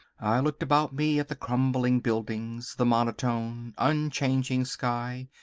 i looked about me at the crumbling buildings, the monotone, unchanging sky,